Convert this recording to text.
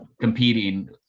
competing